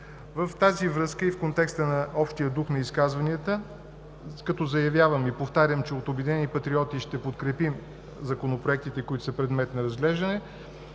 В тази връзка и в контекста на общия дух на изказванията, като заявявам и повтарям, че от „Обединени патриоти“ ще подкрепим законопроектите, предмет на разглеждане,